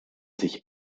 sich